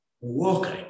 walking